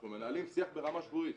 אנחנו מנהלים שיח ברמה שבועית.